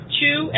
two